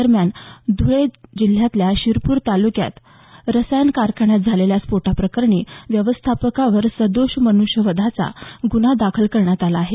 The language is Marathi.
दरम्यान धुळे जिल्ह्यातल्या शिरपूर तालुक्यात रसायन कारखान्यात झालेल्या स्फोटाप्रकरणी व्यवस्थापकावर सदोष मनुष्यवधाचा गुन्हा दाखल करण्यात आला आहे